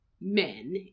men